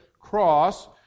cross